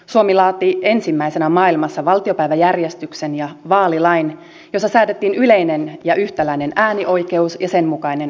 suomi laati ensimmäisenä maailmassa valtiopäiväjärjestyksen ja vaalilain jossa säädettiin yleinen ja yhtäläinen äänioikeus ja sen mukainen vaalikelpoisuus